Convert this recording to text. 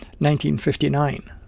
1959